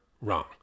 wrong